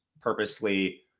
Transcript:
purposely